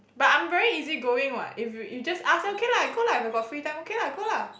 but I'm very easy going what if you you just ask okay lah I go lah if I got free time okay lah go lah